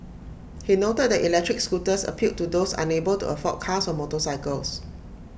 he noted that electric scooters appealed to those unable to afford cars or motorcycles